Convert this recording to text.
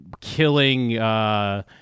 killing –